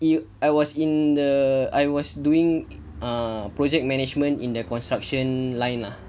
I was in the I was doing err project management in their construction line lah